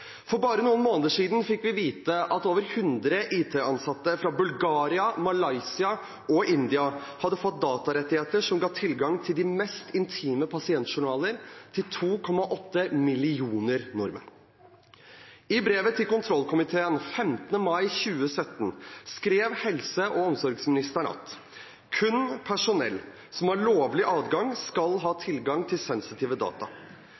For bare noen måneder siden fikk vi vite at over 100 IT-ansatte fra Bulgaria, Malaysia og India hadde fått datarettigheter som ga tilgang til de mest intime pasientjournaler til 2,8 millioner nordmenn. I brevet til kontrollkomiteen 15. mai 2017 skrev helse- og omsorgsministeren at «kun personell som har lovlig adgang skal ha tilgang til sensitive data».